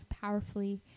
powerfully